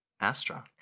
Astra